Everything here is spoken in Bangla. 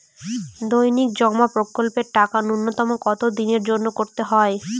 দৈনিক জমা প্রকল্পের টাকা নূন্যতম কত দিনের জন্য করতে হয়?